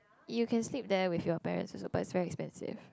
you can sleep there with your parents also but it's very expensive